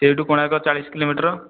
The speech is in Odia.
ସେଇଠୁ କୋଣାର୍କ ଚାଳିଶ କିଲୋମିଟର